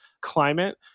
climate